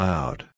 Loud